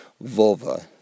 vulva